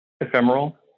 ephemeral